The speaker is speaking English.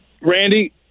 Randy